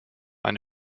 eine